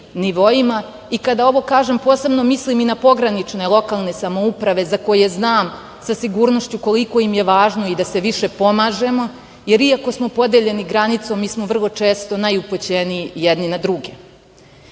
i kada ovo kažem posebno mislim i na pogranične lokalne samouprave za koje znam sa sigurnošću koliko im je važno da se više pomažemo, jer iako smo podeljeni granicom mi smo vrlo često najupućeniji jedni na druge. Zatim,